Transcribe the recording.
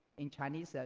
in chinese, so